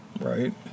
Right